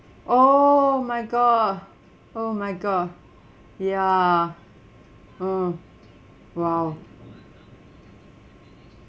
oh my god oh my god ya mm !wow!